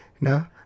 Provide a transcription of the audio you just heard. No